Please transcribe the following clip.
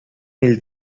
ell